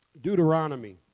Deuteronomy